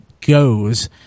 goes